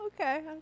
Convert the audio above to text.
Okay